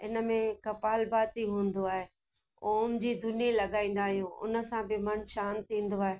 इनमें कपालभांति हूंदो आहे ओम जी धूनी लॻाईंदा आहियूं उनसां बि मन शांति थींदो आहे